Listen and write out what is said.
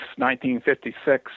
1956